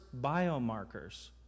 biomarkers